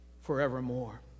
forevermore